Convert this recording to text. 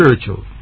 spiritual